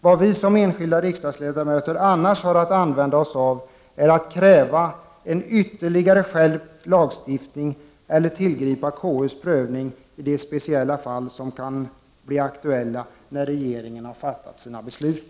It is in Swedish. Vad vi som enskilda riksdagsledamöter annars har att använda oss av är att kräva en ytterligare skärpt lagstiftning eller tillämpa KU:s prövning i de speciella fall som kan bli aktuella när regeringen har fattat sina beslut.